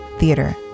theater